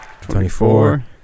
twenty-four